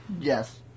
yes